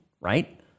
right